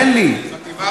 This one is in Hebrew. תן לי, תן לי.